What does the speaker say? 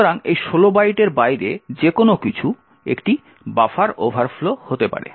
সুতরাং এই 16 বাইটের বাইরে যেকোনো কিছু একটি বাফার ওভারফ্লো হতে পারে